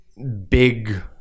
Big